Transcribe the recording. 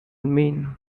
mean